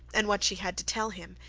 and what she had to tell him,